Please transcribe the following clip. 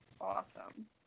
Awesome